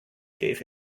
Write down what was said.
gave